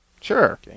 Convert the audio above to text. Sure